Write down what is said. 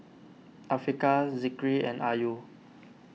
Afiqah Zikri and Ayu